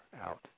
out